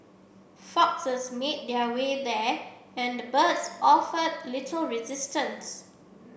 foxes made their way there and the birds offered little resistance